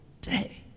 day